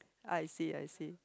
I see I see